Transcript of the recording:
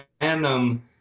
random